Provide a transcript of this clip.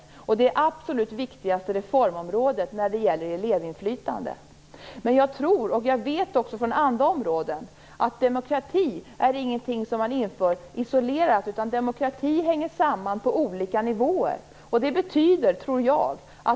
Det är det absolut viktigaste reformområdet när det gäller elevinflytande. Jag vet från andra områden att demokrati inte är någonting som man inför isolerat. Demokrati hänger samman på olika nivåer.